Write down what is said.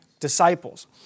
Disciples